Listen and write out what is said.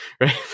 right